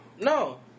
No